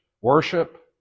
worship